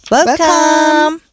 Welcome